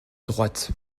droite